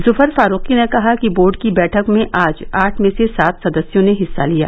जुफर फारूकी ने कहा कि बोर्ड की बैठक में आज आठ में से सात सदस्यों ने हिस्सा लिया